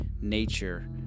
nature